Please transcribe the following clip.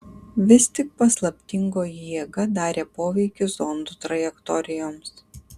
vis tik paslaptingoji jėga darė poveikį zondų trajektorijoms